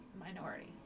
minority